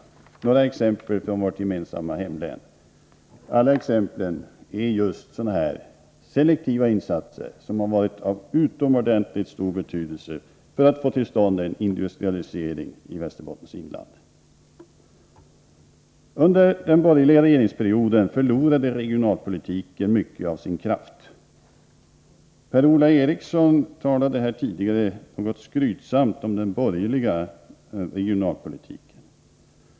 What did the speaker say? Får jag kort peka på några exempel från vårt gemensamma hemlän: Alfa-Laval och ASSA-Stenman i Lycksele, Umelit i Storuman och industricentra i Lycksele och Vilhelmina. Alla exemplifierar selektiva insatser som har varit av utomordentligt stor betydelse för att få till stånd en industrialisering i Västerbottens inland. Under den borgerliga regeringsperioden förlorade regionalpolitiken mycket av sin kraft. Per-Ola Eriksson talade något skrytsamt om den borgerliga regionalpolitiken.